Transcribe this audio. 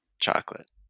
chocolate